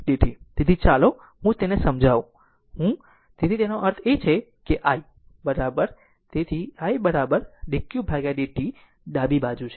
તેથી ચાલો હું તેને સમજાવું તેથી તેનો અર્થ એ છે કે i તેથી i dq dt ડાબી બાજુ છે